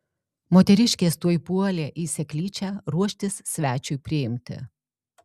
moteriškės tuoj puolė į seklyčią ruoštis svečiui priimti